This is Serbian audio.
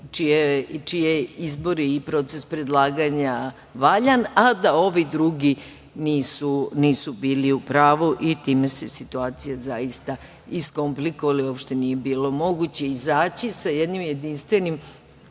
čije izbore i proces predlaganja valjan, a da ovi drugi nisu bili u pravu i time se situacija, zaista iskomplikovala i uopšte nije bilo moguće izaći sa jednom jedinstvenom